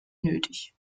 nötig